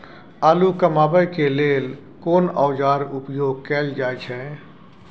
आलू कमाबै के लेल कोन औाजार उपयोग कैल जाय छै?